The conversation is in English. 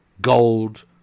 gold